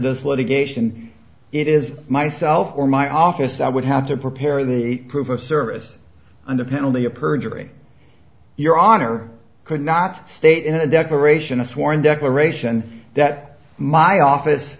this litigation it is myself or my office i would have to prepare the proof of service under penalty of perjury your honor could not state in a declaration a sworn declaration that my office